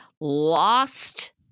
lost